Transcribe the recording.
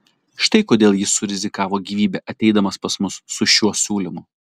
štai kodėl jis rizikavo gyvybe ateidamas pas mus su šiuo siūlymu